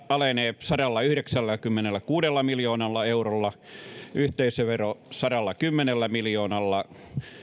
alenee sadallayhdeksälläkymmenelläkuudella miljoonalla eurolla yhteisövero sadallakymmenellä miljoonalla